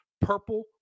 purple